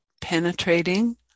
penetrating